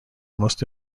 most